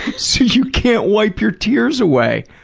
so you can't wipe your tears away.